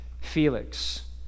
Felix